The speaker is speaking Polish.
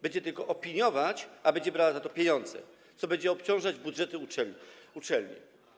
Będzie tylko opiniować i będzie brała za to pieniądze, co będzie obciążać budżety uczelni.